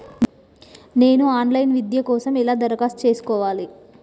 నేను online విద్య కోసం ఎలా దరఖాస్తు చేసుకోవాలి?